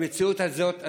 במציאות הזאת,